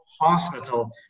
hospital